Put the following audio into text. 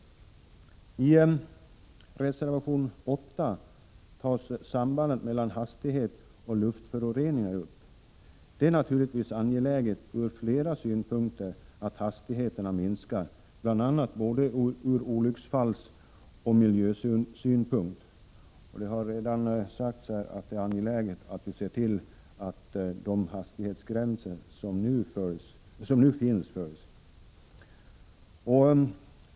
I reservation 8 tas sambandet mellan hastighet och luftföroreningar upp. Det är naturligtvis angeläget ur flera synpunkter att hastigheterna minskar — bl.a. ur både olycksfallsoch miljösynpunkt. Det har här redan sagts att det är angeläget att vi ser till att gällande hastighetsgränser följs.